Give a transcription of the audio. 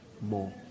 more